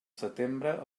setembre